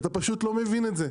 אתה פשוט לא מבין את זה.